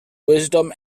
wisdom